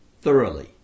thoroughly